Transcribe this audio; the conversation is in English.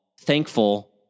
thankful